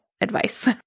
advice